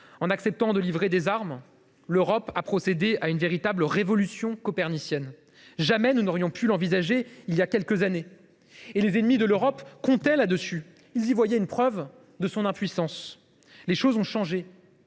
En acceptant de livrer des armes, l’Europe a procédé à une véritable révolution copernicienne. Jamais nous n’aurions pu l’envisager il y a quelques années. Les ennemis de l’Europe comptaient là dessus ; ils y voyaient une preuve de son impuissance. Les choses ont changé.